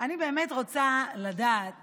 באמת רוצה לדעת